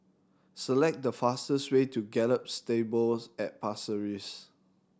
select the fastest way to Gallop Stables at Pasir Ris